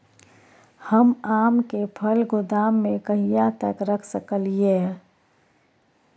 हम आम के फल गोदाम में कहिया तक रख सकलियै?